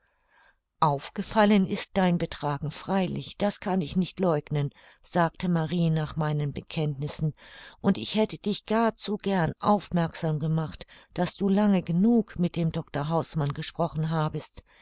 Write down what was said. aufgefallen ist dein betragen freilich das kann ich nicht leugnen sagte marie nach meinen bekenntnissen und ich hätte dich gar zu gern aufmerksam gemacht daß du lange genug mit dem dr hausmann gesprochen habest